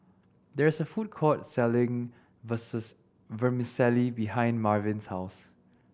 there is a food court selling Vermicelli behind Marvin's house